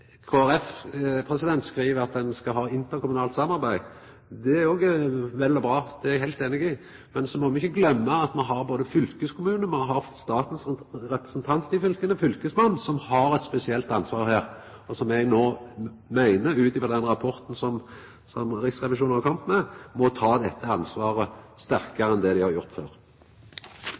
skriv at ein skal ha interkommunalt samarbeid. Det er òg vel og bra. Det er eg heilt einig i. Men så må me ikkje gløyma at me har fylkeskommunen, og me har staten sin representant i fylka, fylkesmannen, som har eit spesielt ansvar her, og som eg meiner, ut frå den rapporten som Riksrevisjonen har kome med, må ta dette ansvaret sterkare enn det dei har gjort før.